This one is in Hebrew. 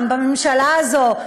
בממשלה הזאת,